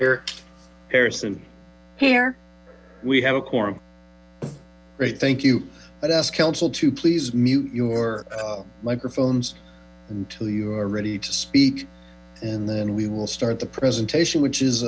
eric harrison hair we have a quorum great thank you i'd ask council to please mute your microphones until you are ready to speak and then we will start the presentation which is